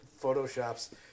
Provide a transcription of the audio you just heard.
Photoshop's